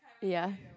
ya